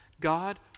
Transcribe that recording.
God